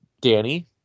Danny